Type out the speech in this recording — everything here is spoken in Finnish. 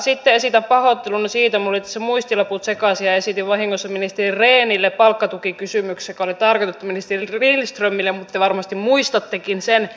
sitten esitän pahoitteluni siitä että minulla oli tässä muistilaput sekaisin ja esitin vahingossa ministeri rehnille palkkatukikysymyksen joka oli tarkoitettu ministeri lindströmille mutta te varmasti muistattekin sen